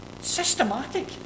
systematic